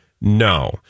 no